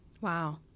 Wow